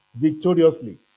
victoriously